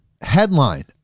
headline